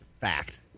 Fact